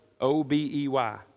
O-B-E-Y